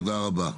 תודה רבה.